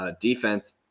defense